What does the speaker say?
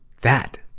that,